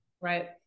Right